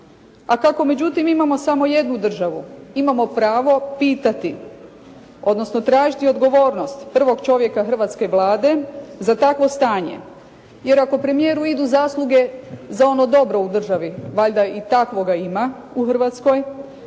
A kako međutim imamo samo jednu državu, imamo pravo pitati, odnosno tražiti odgovornost prvog čovjeka hrvatske Vlade za takvo stanje, jer ako premijeru idu zasluge za ono dobro u državi, valjda i takvoga ima u Hrvatskoj,